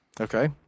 Okay